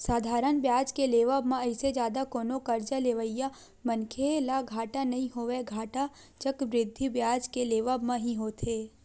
साधारन बियाज के लेवब म अइसे जादा कोनो करजा लेवइया मनखे ल घाटा नइ होवय, घाटा चक्रबृद्धि बियाज के लेवब म ही होथे